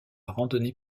randonnée